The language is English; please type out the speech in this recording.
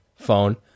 phone